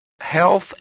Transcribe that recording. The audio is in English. Health